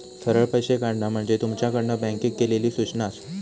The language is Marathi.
सरळ पैशे काढणा म्हणजे तुमच्याकडना बँकेक केलली सूचना आसा